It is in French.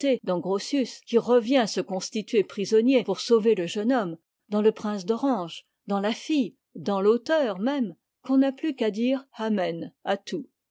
grotius qui revient se constituer prisonnier pour sauver le jeune homme dans le prince d'orange dans la fille dans l'auteur même qu'on n'a plus qu'à dire amek à tout